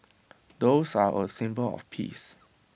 doves are A symbol of peace